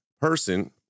person